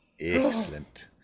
Excellent